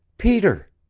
peter!